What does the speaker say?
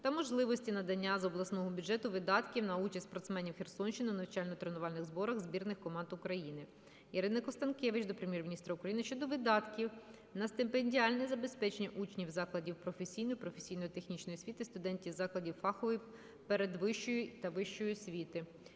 та можливості надання з обласного бюджету видатків на участь спортсменів Херсонщини у навчально-тренувальних зборах збірних команд України. Ірини Констанкевич до Прем'єр-міністра України щодо видатків на стипендіальне забезпечення учнів закладів професійної (професійно-технічної) освіти, студентів закладів фахової передвищої та вищої освіти.